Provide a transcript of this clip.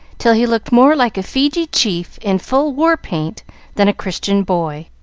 till he looked more like a fiji chief in full war-paint than a christian boy.